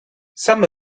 some